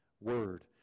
Word